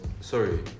Sorry